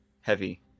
heavy